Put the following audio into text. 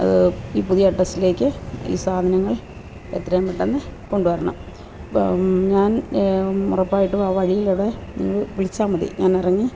അത് ഈ പുതിയ അഡ്രസ്സിലേക്ക് ഈ സാധനങ്ങൾ എത്രയും പെട്ടെന്ന് കൊണ്ടുവരണം ഞാൻ ഉറപ്പായിട്ടും ആ വഴിയിലൂടെ നിങ്ങൾ വിളിച്ചാല് മതി ഞാൻ ഇറങ്ങി